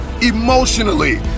emotionally